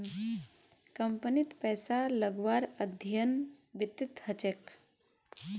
कम्पनीत पैसा लगव्वार अध्ययन वित्तत ह छेक